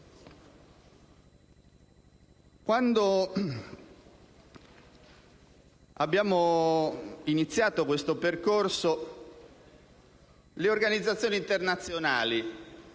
Quando abbiamo iniziato questo percorso, le organizzazioni internazionali